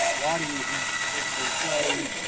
um lottie was and enslaved,